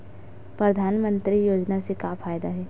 परधानमंतरी योजना से का फ़ायदा हे?